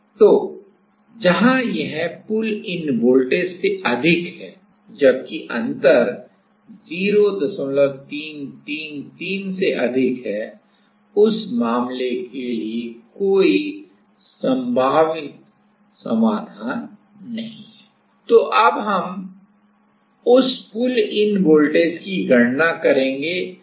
तो जहां यह पुल इन वोल्टेज से अधिक है जबकि अंतर 0333 से अधिक है उस मामले के लिए कोई संभावित समाधान नहीं है तो अब हम उस पुल इन वोल्टेज की गणना करेंगे